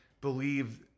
believe